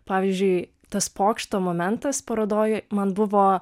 pavyzdžiui tas pokšto momentas parodoj man buvo